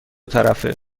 طرفه